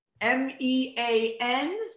M-E-A-N